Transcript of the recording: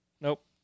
Nope